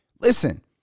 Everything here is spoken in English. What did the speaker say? Listen